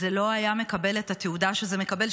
זה לא היה מקבל את התהודה שזה מקבל,